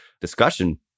discussion